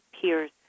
peers